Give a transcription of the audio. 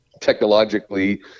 technologically